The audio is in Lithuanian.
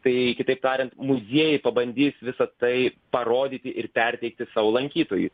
tai kitaip tariant muziejai pabandys visa tai parodyti ir perteikti savo lankytojui